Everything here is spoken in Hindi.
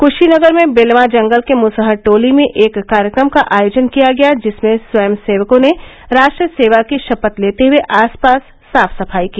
कुशीनगर में बेलवां जंगल के मुसहर टोली में एक कार्यक्रम का आयोजन किया गया जिसमें स्वयंसेवकों ने राष्ट्र सेवा की शपथ लेते हुए आसपास साफ सफाई की